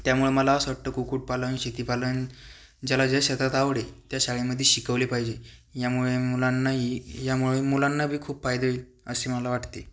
त्यामुळं मला असं वाटतं कुक्कुटपालन शेतीपालन ज्याला ज्या क्षेत्रात आवड आहे त्या शाळेमधे शिकवले पाहिजे यामुळे मुलांनाही यामुळे मुलांना बी खूप फायदे होईल असे मला वाटते